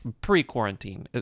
pre-quarantine